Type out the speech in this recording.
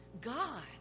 God